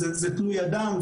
זה תלוי אדם,